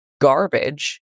garbage